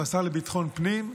הוא השר לביטחון פנים,